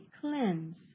cleanse